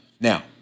Now